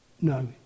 No